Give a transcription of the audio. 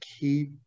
keep